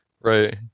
Right